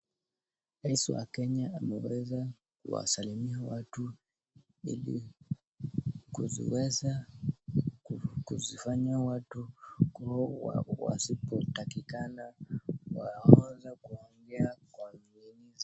Rais wa Kenya ameweza kuwasalimia watu ili kuweza kufanya watu kuwa wasipotakikana waeze kuongea kwa jinsi zao.